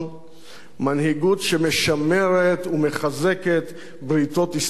מנהיגות שמשמרת ומחזקת בריתות אסטרטגיות,